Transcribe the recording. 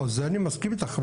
זה אני מסכים איתך,